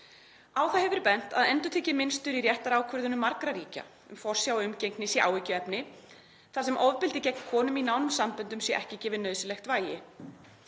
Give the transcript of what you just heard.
Á það hefur verið bent að endurtekið mynstur í réttarákvörðunum margra ríkja um forsjá og umgengni sé áhyggjuefni, þar sem ofbeldi gegn konum í nánum samböndum sé ekki gefið nauðsynlegt vægi.